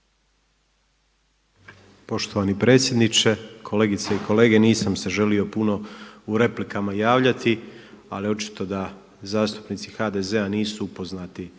Poštovani predsjedniče, kolegice i kolege, nisam se želio puno u replikama javljati ali očito da zastupnici HDZ-a nisu upoznati